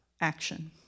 action